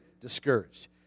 discouraged